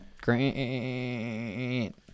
Grant